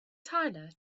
tyler